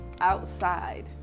outside